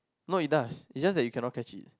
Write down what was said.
no it does it's just that you cannot catch it